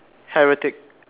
heretic